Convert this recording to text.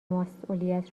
مسئولیت